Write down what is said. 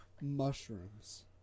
Mushrooms